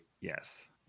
yes